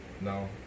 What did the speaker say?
no